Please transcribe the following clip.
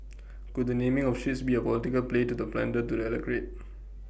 could the naming of ships be A political play to the pander to the electorate